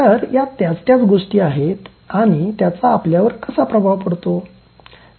तर या त्याच त्या गोष्टी आहेत आणि त्याचा आपल्यावर कसा प्रभाव पडतो